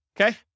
Okay